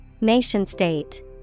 Nation-state